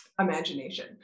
imagination